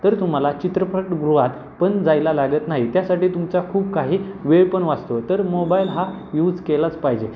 तर तुम्हाला चित्रपटगृहात पण जायला लागत नाही त्यासाठी तुमचा खूप काही वेळ पण वाचतो तर मोबाईल हा यूज केलाच पाहिजे